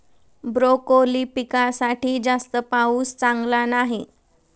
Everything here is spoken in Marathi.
ब्रोकोली पिकासाठी जास्त पाऊस चांगला नाही